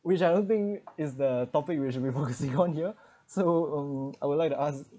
which I don't think is the topic we should be focusing on here so I would um like to ask